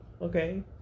Okay